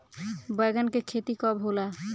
बैंगन के खेती कब होला?